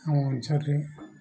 ଆମ ଅଞ୍ଚଳରେ